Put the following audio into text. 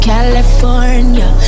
California